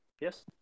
yes